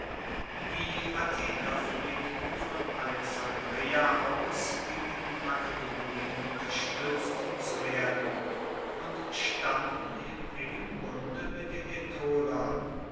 die athener pflegten von alexandreia aus gegen makedonien unterstuetzt zu werden und standen im engen bunde mit den